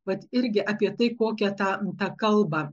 vat irgi apie tai kokią tą tą kalbą